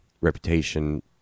reputation